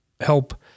help